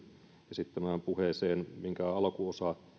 esittämään puheeseen minkä alkuosa